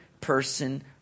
person